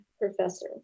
professor